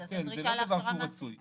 וכן יהיה מנהל רפואי שיפקח על כל הנושא הזה.